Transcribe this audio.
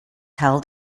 held